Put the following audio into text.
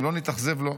אם לא נתאכזב לו'.